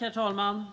Herr talman! Det